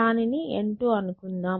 దానిని N2 అనుకుందాం